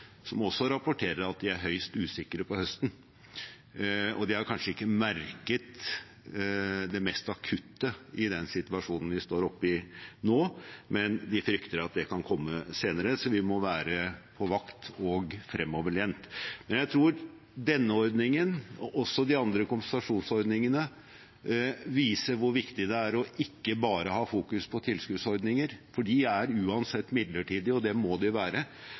også rapporterer at de er høyst usikre på høsten, og de har kanskje ikke merket det mest akutte i den situasjonen vi står oppe i nå, men frykter at det kan komme senere. Så vi må være på vakt og fremoverlent. Jeg tror denne ordningen og også de andre kompensasjonsordningene viser hvor viktig det er å ikke bare ha fokus på tilskuddsordninger, for de er uansett midlertidige – og det må de være.